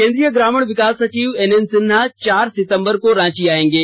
केंद्रीय ग्रामीण विकास सचिव एनएन सिन्हा चार सितंबर को रांची आयेंगे